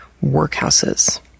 workhouses